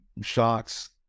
shocks